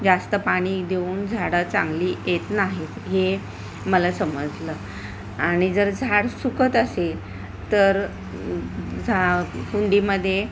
जास्त पाणी देऊन झाडं चांगली येत नाहीत हे मला समजलं आणि जर झाड सुकत असेल तर झा कुंडीमध्ये